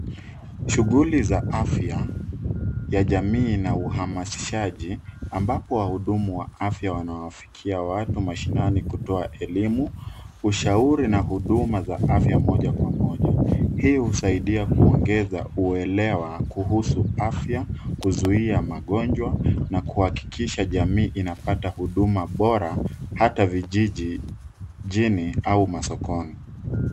Shughuli za afya ya jamii na uhamasishaji ambapo wahudumu wa afya wanawafikia watu mashinani kutoa elimu, ushauri na huduma za afya moja kwa moja. Hii husaidia kuongeza uelewa kuhusu afya, kuzuia magonjwa na kuhakikisha jamii inapata huduma bora hata vijiji mjini au masokoni.